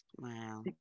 wow